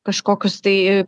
kažkokius tai